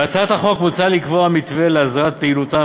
בהצעת החוק מוצע לקבוע מתווה לאסדרת פעילותם